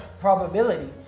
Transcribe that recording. probability